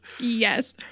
Yes